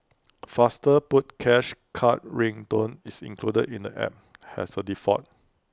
faster put cash card ring tone is included in the app has A default